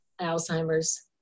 Alzheimer's